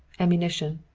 ammunition?